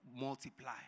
multiply